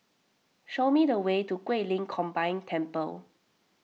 show me the way to Guilin Combined Temple